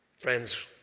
Friends